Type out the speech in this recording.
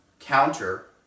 counter